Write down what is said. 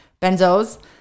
Benzos